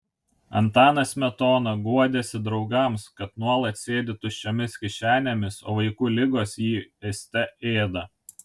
antanas smetona guodėsi draugams kad nuolat sėdi tuščiomis kišenėmis o vaikų ligos jį ėste ėda